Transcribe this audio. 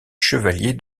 chevalier